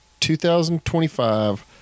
2025